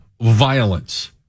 violence